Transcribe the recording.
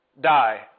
die